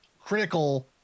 critical